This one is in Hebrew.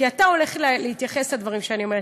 כי אתה הולך להתייחס לדברים שאני אומרת,